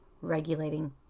regulating